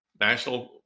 national